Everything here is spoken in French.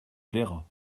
plaira